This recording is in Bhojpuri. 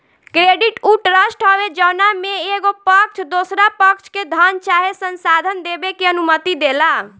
क्रेडिट उ ट्रस्ट हवे जवना में एगो पक्ष दोसरा पक्ष के धन चाहे संसाधन देबे के अनुमति देला